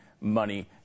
money